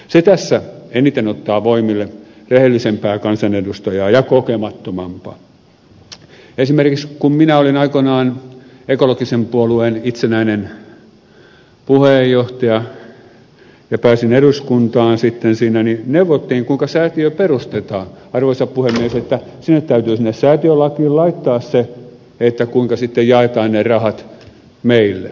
se tässä eniten ottaa voimille rehellisempää kansanedustajaa ja kokemattomampaa että esimerkiksi kun minä olin aikoinaan ekologisen puolueen itsenäinen puheenjohtaja ja pääsin eduskuntaan sitten siinä niin neuvottiin kuinka säätiö perustetaan arvoisa puhemies että sinne säätiölakiin täytyy laittaa se kuinka jaetaan ne rahat meille